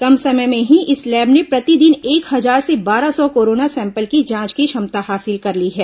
कम समय में ही इस लैब ने प्रतिदिन एक हजार से बारह सौ कोरोना सैंपल की जांच की क्षमता हासिल कर ली है